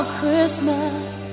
Christmas